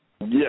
Yes